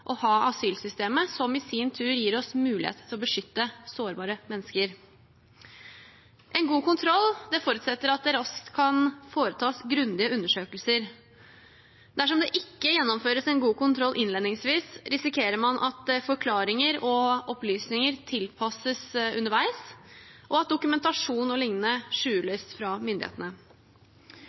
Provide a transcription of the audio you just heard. ha asylsystemet, som i sin tur gir oss muligheter til å beskytte sårbare mennesker. En god kontroll forutsetter at det raskt kan foretas grundige undersøkelser. Dersom det ikke gjennomføres en god kontroll innledningsvis, risikerer man at forklaringer og opplysninger tilpasses underveis, og at dokumentasjon o.l. skjules fra myndighetene.